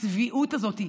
הצביעות הזאת,